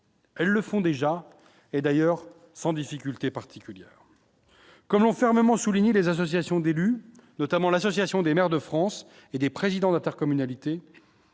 Elles le font déjà et d'ailleurs sans difficulté particulière, comme l'fermement souligné les associations d'élus, notamment l'Association des maires de France et des présidents d'intercommunalités,